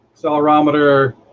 accelerometer